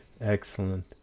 Excellent